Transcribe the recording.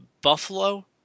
Buffalo